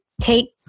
take –